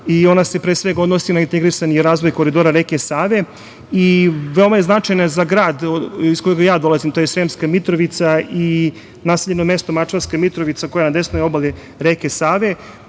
i ona se pre svega odnosi na integrisani razvoj koridora reke Save i veoma je značajna za grad iz kojeg ja dolazim, a to je Sremska Mitrovica i naseljeno mesto Mačvanska Mitrovica, koja je na desnoj obali reke Save.